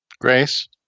Grace